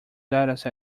dataset